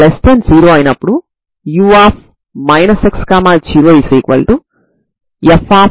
ఇది ఐగెన్ విలువ కాదు అని మనం చూడవచ్చు